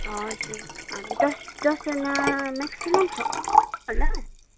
हजुर हामी दस दसजना म्याक्सिमम् छ होला